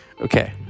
Okay